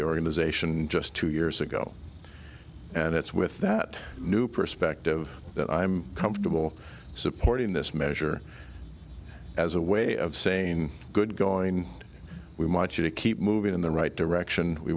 their organization just two years ago and it's with that new perspective that i'm comfortable supporting this measure as a way of saying good going we might you to keep moving in the right direction we